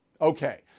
Okay